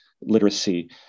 literacy